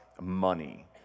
money